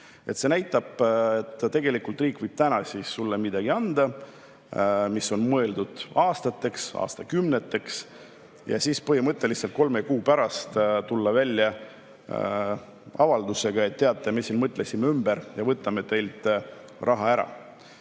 See näitab, et riik võib täna sulle anda midagi, mis on mõeldud aastateks, aastakümneteks, ja siis põhimõtteliselt kolme kuu pärast tulla välja avaldusega, et teate, me mõtlesime ümber ja võtame teilt raha ära.